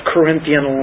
Corinthian